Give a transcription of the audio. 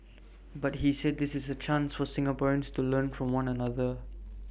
but he said this is A chance for Singaporeans to learn from one another